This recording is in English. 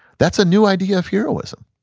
that's a new idea of heroism.